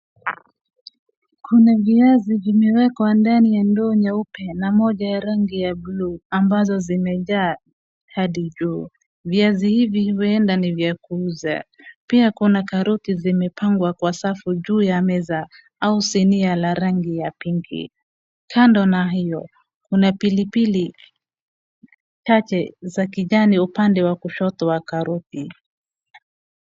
Kuna viazi vimewekwa ndani ya ndoo nyeupe na moja ya rangi ya bluu ambazo zimejaa hadi juu. Viazi hivi huenda ni vya kuuza, pia kuna karoti zimepangwa kwa safu juu ya meza au sinia la rangi ya pinki. Kando na hiyo kuna pilipili chache za kijani upande wa kushoto wa karoti.